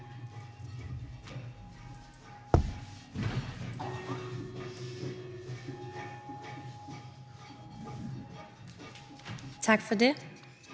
Tak for det.